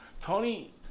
tony